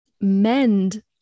mend